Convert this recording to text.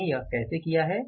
मैंने यह कैसे किया है